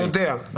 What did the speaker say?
אני יודע.